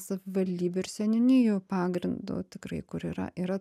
savivaldybių ir seniūnijų pagrindu tikrai kur yra yra